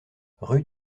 rue